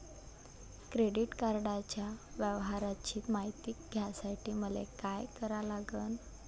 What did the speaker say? Credit कार्डाच्या व्यवहाराची मायती घ्यासाठी मले का करा लागन?